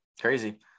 Crazy